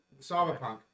Cyberpunk